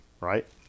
right